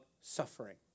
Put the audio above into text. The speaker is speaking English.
suffering